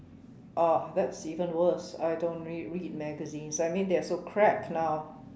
uh that's even worse I don't read read magazines I mean they're so crap now